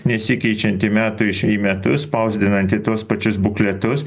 nesikeičianti metų iš į metus spausdinanti tuos pačius bukletus